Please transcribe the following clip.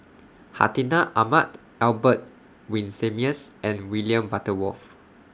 Hartinah Ahmad Albert Winsemius and William Butterworth